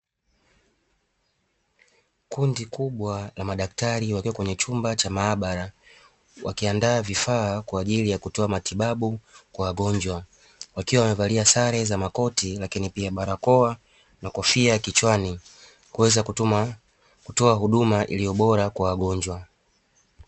Kundi kubwa la Madaktari waliokwenye chumba cha maabara wakiandaa vifaa kwaajili ya kutoa matibabu kwa wagonjwa wakiwa wamevalia sare za makoti, lakini pia barakoa na kofia kichwani kuweza kutoa huduma iliyobora kwa wagonjwa.